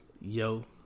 Yo